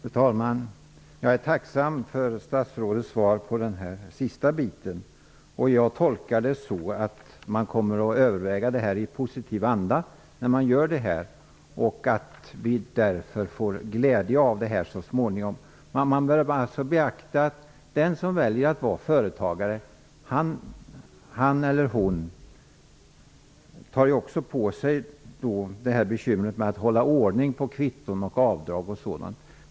Fru talman! Jag är tacksam för statsrådets svar på den sista delen av frågan. Jag tolkar det så att man kommer att överväga detta i positiv anda när man gör översynen. Vi får därför glädje av detta så småningom. Man bör alltså beakta att han eller hon som väljer att vara företagare också tar på sig bekymret med att hålla ordning på kvitton och avdrag.